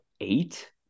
eight